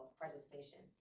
participation